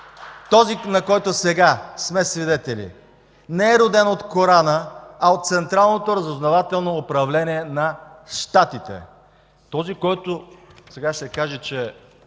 този, на който сега сме свидетели, не е роден от Корана, а от Централното разузнавателно управление на Щатите. Този, който сега ще каже, че